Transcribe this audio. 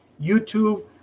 YouTube